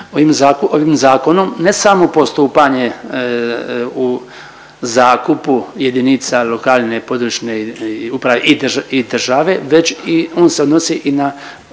ovim zakonom ne samo postupanje u zakupu jedinica lokalne, područne uprave i države već i on se odnosi i na